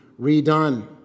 redone